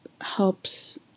helps